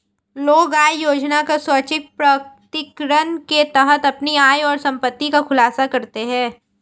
लोग आय योजना का स्वैच्छिक प्रकटीकरण के तहत अपनी आय और संपत्ति का खुलासा करते है